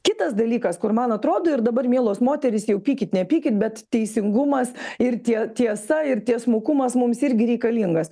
kitas dalykas kur man atrodo ir dabar mielos moterys jau pykit nepykit bet teisingumas ir tie tiesa ir tiesmukumas mums irgi reikalingas